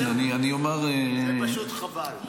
כן --- זה פשוט חבל.